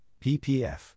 PPF